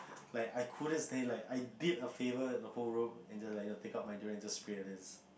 like I couldn't stand like I did a favor the whole room and just like pick up my deodorant and then just spray and just